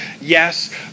Yes